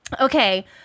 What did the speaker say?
Okay